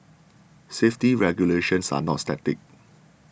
safety regulations are not static